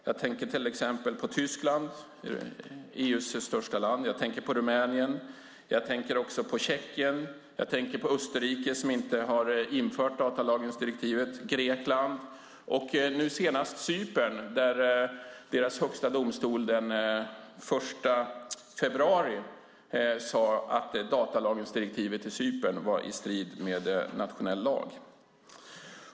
Jag tänker till exempel på Tyskland, EU:s största land, på Rumänien, på Tjeckien, på Österrike som inte har infört datalagringsdirektivet, på Grekland. Nu senast var det Cypern där deras högsta domstol den 1 februari sade att datalagringsdirektivet i Cypern var i strid med nationell lag.